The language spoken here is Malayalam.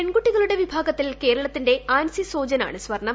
പെൺകുട്ടികളുടെ വിഭാഗത്തിൽ കേരളത്തിന്റെ ആൻസി സോജനാണ് സ്വർണ്ണം